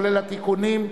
כולל התיקונים,